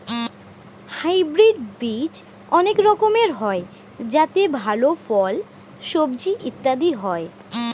hybrid বীজ অনেক রকমের হয় যাতে ভালো ফল, সবজি ইত্যাদি হয়